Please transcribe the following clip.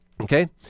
Okay